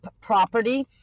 property